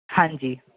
ਹਾਂਜੀ